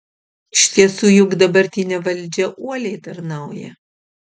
iš tiesų juk dabartinė valdžia uoliai tarnauja